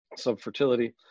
subfertility